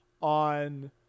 on